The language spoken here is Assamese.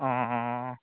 অ' অ'